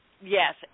yes